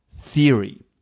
theory